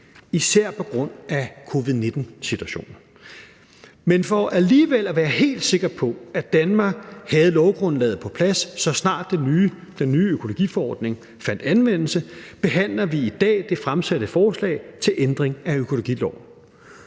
især på grund af covid-19-situationen. Men for alligevel at være helt sikker på, at Danmark havde lovgrundlaget på plads, så snart den nye økologiforordning fandt anvendelse, behandler vi i dag det fremsatte forslag til ændring af økologiloven.